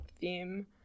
theme